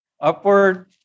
Upward